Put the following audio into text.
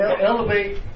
Elevate